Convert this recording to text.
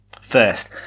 first